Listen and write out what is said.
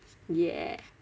yeah